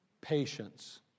Patience